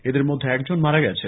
এদের মধ্যে একজন মারা গেছেন